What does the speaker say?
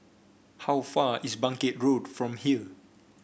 how far is Bangkit Road from here